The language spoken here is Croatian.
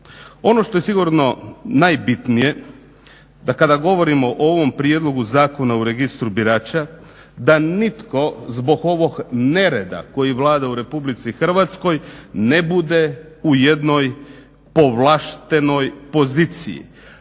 Ono što je sigurno najbitnije da kada govorimo o ovom prijedlogu Zakona o registru birača da nitko zbog ovog nereda koji vlada u RH ne bude u jednoj povlaštenoj poziciji.